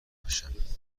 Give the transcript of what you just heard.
بشم